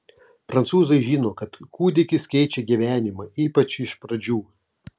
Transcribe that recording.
prancūzai žino kad kūdikis keičia gyvenimą ypač iš pradžių